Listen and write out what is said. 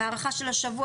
ההארכה של השבוע,